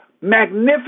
magnificent